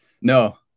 No